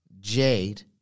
Jade